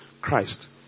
Christ